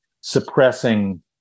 suppressing